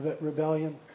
rebellion